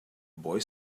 boy